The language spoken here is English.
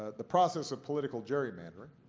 ah the process of political gerrymandering